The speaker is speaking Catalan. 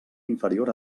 inferior